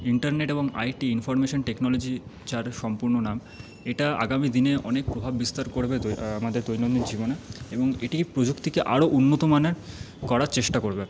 internet এবং IT information technology যার সম্পূর্ণ নাম এটা আগামী দিনে অনেক প্রভাব বিস্তার করবে আমাদের দৈনন্দিন জীবনে এবং এটিই প্রযুক্তিকে আরও উন্নতমানের করার চেষ্টা করবে